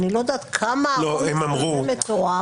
לא ברור עד כמה זה עומס מטורף.